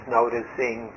noticing